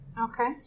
Okay